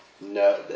No